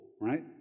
right